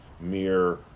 mere